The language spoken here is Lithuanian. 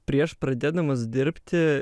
prieš pradėdamas dirbti